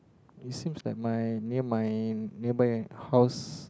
it seems like my near my nearby house